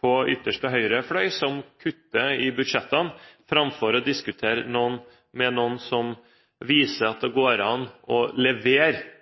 på ytterste høyre fløy, som vil kutte i budsjettene, framfor å diskutere med noen som viser at det går an å levere